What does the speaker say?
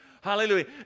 Hallelujah